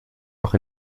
noch